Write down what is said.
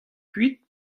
kuit